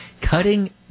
cutting